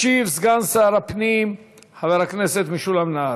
ישיב סגן שר הפנים משולם נהרי.